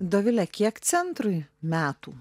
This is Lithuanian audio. dovile kiek centrui metų